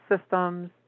systems